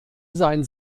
sein